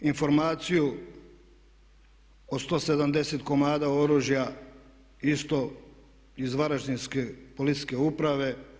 Informaciju o 170 komada oružja isto iz Varaždinske policijske uprave.